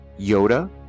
Yoda